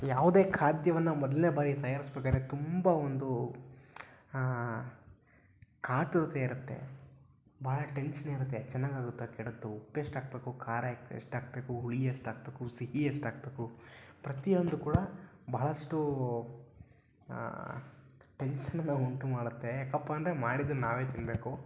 ಯಾವುದೇ ಖಾದ್ಯವನ್ನು ಮೊದ್ಲನೇ ಬಾರಿ ತಯಾರಸ್ಬೇಕಾದ್ರೆ ತುಂಬ ಒಂದು ಹಾಂ ಕಾತುರತೆ ಇರುತ್ತೆ ಭಾಳ ಟೆನ್ಶನ್ ಇರುತ್ತೆ ಚೆನ್ನಾಗಾಗುತ್ತೊ ಕೆಡುತ್ತೋ ಉಪ್ಪು ಎಷ್ಟು ಹಾಕಬೇಕು ಖಾರ ಎಷ್ಟು ಹಾಕಬೇಕು ಹುಳಿ ಎಷ್ಟು ಹಾಕಬೇಕು ಸಿಹಿ ಎಷ್ಟು ಹಾಕಬೇಕು ಪ್ರತಿಯೊಂದು ಕೂಡ ಬಹಳಷ್ಟು ಟೆನ್ಶನನ್ನು ಉಂಟು ಮಾಡುತ್ತೆ ಯಾಕಪ್ಪ ಅಂದರೆ ಮಾಡಿದ್ದನ್ನು ನಾವೇ ತಿನ್ನಬೇಕು